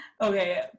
Okay